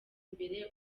imbere